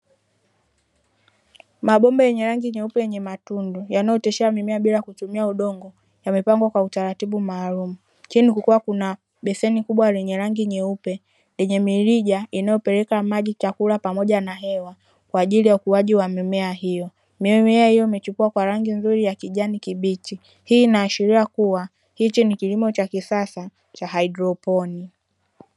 Mabomba yenye rangi nyeupe yenye matundu yanayootesha mimea bila kutumia udongo yamepangwa kwa utaratibu maalumu. Chini kukiwa kuna beseni kubwa lenye rangi nyeupe lenye mirija inayopeleka maji, chakula pamoja na hewa kwa ajili ya ukuaji wa mimea hiyo. Mimea hiyo imechipua kwa rangi nzuri ya kijani kibichi. Hii inaashiria kuwa hiki ni kilimo cha kisasa cha haidroponia .